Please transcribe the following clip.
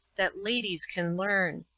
that ladies can learn.